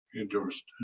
endorsed